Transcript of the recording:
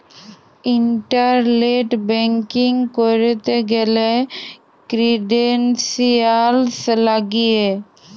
internet banking ক্যরতে গ্যালে credentials লাগিয়ে